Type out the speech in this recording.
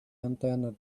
antenna